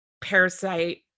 parasite